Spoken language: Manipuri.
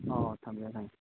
ꯑꯣ ꯑꯣ ꯊꯝꯖꯔꯦ ꯊꯝꯖꯔꯦ